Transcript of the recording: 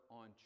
on